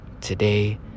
Today